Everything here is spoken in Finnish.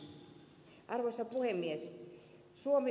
arvoisa puhemies